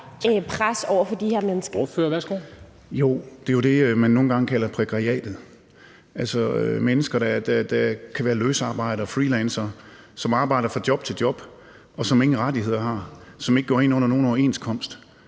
Ordføreren, værsgo. Kl. 19:18 Torsten Gejl (ALT): Det er jo det, man nogle gange kalder prekariatet, altså mennesker, der kan være løsarbejdere, freelancere, som arbejder fra job til job, og som ingen rettigheder har, som ikke går ind under nogen overenskomst,